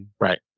Right